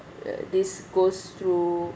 err this goes through